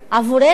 עבורנו,